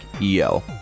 yo